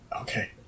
Okay